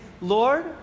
Lord